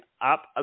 up